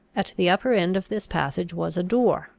at the upper end of this passage was a door,